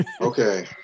Okay